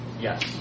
Yes